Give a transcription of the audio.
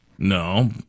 No